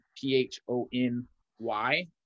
P-H-O-N-Y